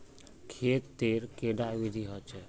खेत तेर कैडा विधि होचे?